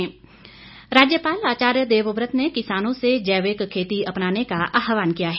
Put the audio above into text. राज्यपाल राज्यपाल आचार्य देवव्रत ने किसानों से जैविक खेती अपनाने का आहवान किया है